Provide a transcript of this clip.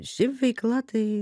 ši veikla tai